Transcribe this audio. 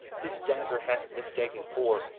this dagger hath mista'en, for,